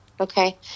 Okay